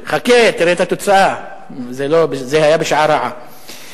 חכה, תראה את התוצאה, זה היה בשעה רעה.